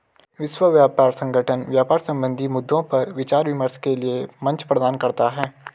विश्व व्यापार संगठन व्यापार संबंधी मद्दों पर विचार विमर्श के लिये मंच प्रदान करता है